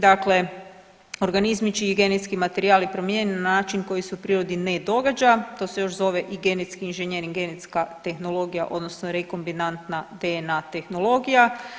Dakle, organizmi čiji genetski materijal je promijenjen na način koji se u prirodi ne događa, to se još zove i genetski inženjering, genetska tehnologija odnosno rekombinantna DNA tehnologija.